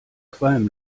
qualm